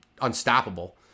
unstoppable